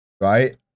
Right